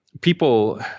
people